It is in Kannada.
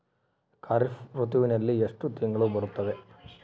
ಖಾರೇಫ್ ಋತುವಿನಲ್ಲಿ ಎಷ್ಟು ತಿಂಗಳು ಬರುತ್ತವೆ?